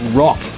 rock